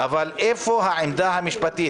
אבל איפה העמדה המשפטית,